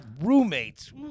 roommates